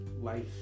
Life